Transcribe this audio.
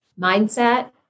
mindset